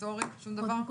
שום דבר?